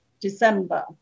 December